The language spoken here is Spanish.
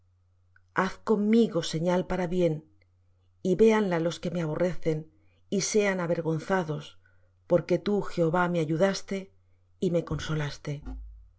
haz conmigo señal para bien y veánla los que me aborrecen y sean avergonzados porque tú jehová me ayudaste y me consolaste